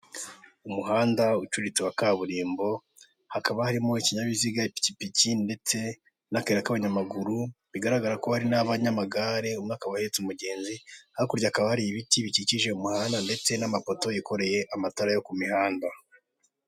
Isoko rinini. Hakaba harimo ibicuruzwa bigiye bitandukanye bibitswe mu tubati. Bimwe muri ibyo bicuruzwa harimo imiti y'ibirahure y'ubwoko butandukanye; ndetse hakabamo n'amasabune y'amazi. Iri duka rikaba rifite amatara yaka umweru.